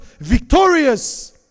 victorious